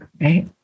right